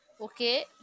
okay